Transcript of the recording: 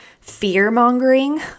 fear-mongering